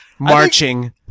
Marching